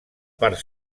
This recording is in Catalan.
part